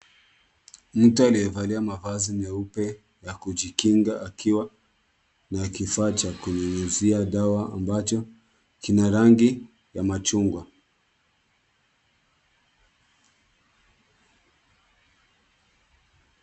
Mtu aliyevalia mavazi meupe ya kujikinga, akiwa na kifaa cha kunyunyizia dawa ambacho kina rangi ya machungwa.